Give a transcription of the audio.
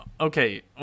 Okay